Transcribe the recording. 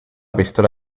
pistola